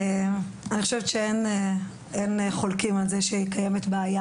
אני חושבת שאין חולקים על זה שקיימת בעיה